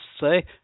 say